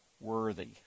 worthy